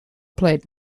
played